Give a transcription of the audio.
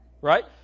right